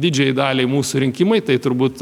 didžiajai daliai mūsų rinkimai tai turbūt